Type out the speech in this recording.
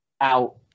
out